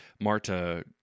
Marta